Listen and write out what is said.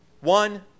One